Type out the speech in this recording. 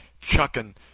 chucking